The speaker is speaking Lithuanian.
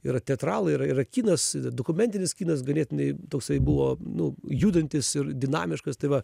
yra teatralai yra yra kinas dokumentinis kinas ganėtinai toksai buvo nu judantis ir dinamiškas tai va